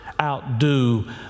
outdo